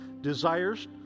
desires